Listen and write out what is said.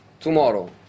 Tomorrow